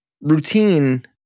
Routine